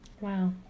Wow